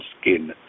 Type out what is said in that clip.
skin